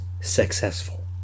successful